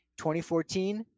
2014